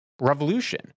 revolution